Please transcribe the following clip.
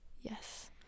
Yes